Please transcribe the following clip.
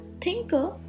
thinker